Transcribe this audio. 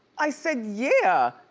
i said, yeah.